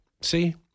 See